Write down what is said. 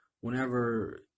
whenever